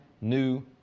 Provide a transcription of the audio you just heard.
new